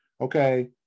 Okay